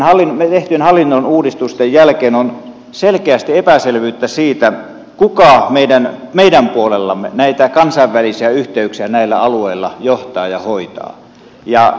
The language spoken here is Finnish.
näitten tehtyjen hallinnonuudistusten jälkeen on selkeästi epäselvyyttä siitä kuka meidän puolellamme näitä kansainvälisiä yhteyksiä näillä alueilla johtaa ja hoitaa